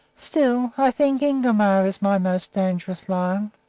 still, i think ingomar is my most dangerous lion,